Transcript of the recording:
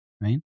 right